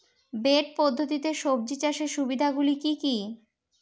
Bed পদ্ধতিতে সবজি চাষের সুবিধাগুলি কি কি?